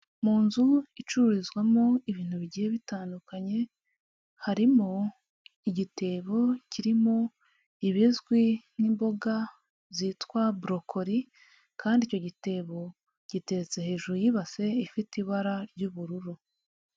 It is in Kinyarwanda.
Mu nzu icururizwamo ibintu bigiye bitandukanye, harimo igitebo kirimo ibizwi nk'imboga zitwa burokori, kandi icyo gitebo giteretse hejuru y'ibase ifite ibara ry'ubururu.